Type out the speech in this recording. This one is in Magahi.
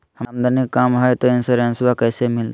हमर आमदनी कम हय, तो इंसोरेंसबा कैसे मिलते?